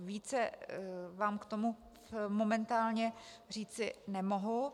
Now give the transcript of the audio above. Více vám k tomu momentálně říci nemohu.